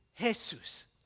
Jesus